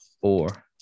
four